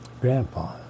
grandpa